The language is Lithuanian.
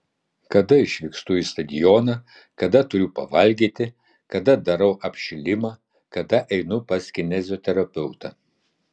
kada išvykstu į stadioną kada turiu pavalgyti kada darau apšilimą kada einu pas kineziterapeutą